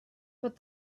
but